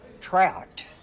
trout